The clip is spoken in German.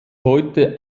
heute